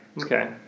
Okay